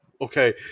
Okay